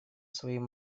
своим